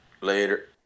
later